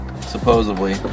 supposedly